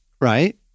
right